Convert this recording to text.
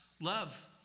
love